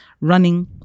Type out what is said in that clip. running